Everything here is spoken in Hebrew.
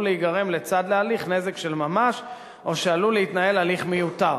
להיגרם לצד להליך נזק של ממש או שעלול להתנהל הליך מיותר.